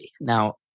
Now